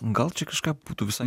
gal čia kažką būtų visai